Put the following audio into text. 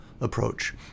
approach